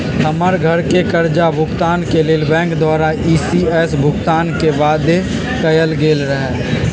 हमर घरके करजा भूगतान के लेल बैंक द्वारा इ.सी.एस भुगतान के बाध्य कएल गेल रहै